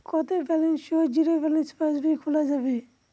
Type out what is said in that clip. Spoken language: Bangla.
কত ব্যালেন্স সহ জিরো ব্যালেন্স পাসবই খোলা যাবে?